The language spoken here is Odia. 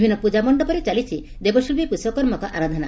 ବିଭିନ୍ନ ପୂଜା ମଣ୍ଡପରେ ଚାଲିଛି ଦେବଶିଛୀ ବିଶ୍ୱକର୍ମାଙ୍କ ଆରାଧନା